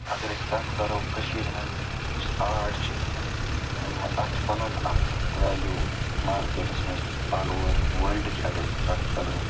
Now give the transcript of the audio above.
اگر أسۍ کَتھ کَرو کٔشیٖرِ ہِنٛز یُس آرٹ چھِ اَتھ چھِ پَنُن اَکھ ویلیوٗ مارکیٹَس منٛز آل اُوَر وارلڈٕچ اگر أسۍ کَتھ کَرَو